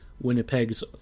Winnipeg's